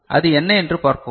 அது என்ன என்று பார்ப்போம்